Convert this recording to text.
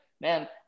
man